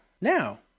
now